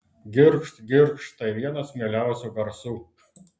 girgžt girgžt tai vienas mieliausių garsų